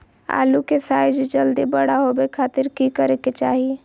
आलू के साइज जल्दी बड़ा होबे खातिर की करे के चाही?